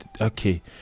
Okay